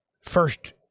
first